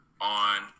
On